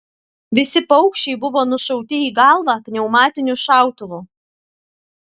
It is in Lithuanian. visi paukščiai buvo nušauti į galvą pneumatiniu šautuvu